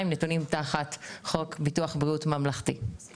נתונים תחת חוק ביטוח בריאות ממלכתי,